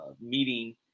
meeting